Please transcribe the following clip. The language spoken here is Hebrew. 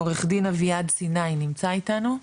עורך דין אביעד סיני נמצא איתנו?